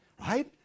right